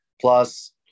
plus